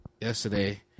yesterday